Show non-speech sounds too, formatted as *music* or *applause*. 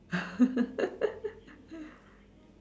*laughs*